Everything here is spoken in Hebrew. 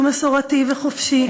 שהוא מסורתי וחופשי,